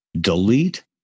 delete